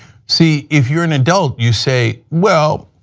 see, if you're an adult you say, well,